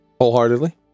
Wholeheartedly